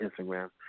Instagram